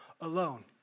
alone